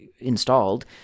installed